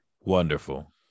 Wonderful